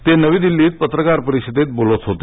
ते नवी दिल्लीत पत्रकार परिषदेत बोलत होते